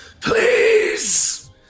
please